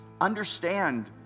understand